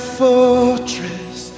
fortress